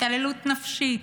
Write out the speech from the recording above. התעללות נפשית,